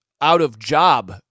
out-of-job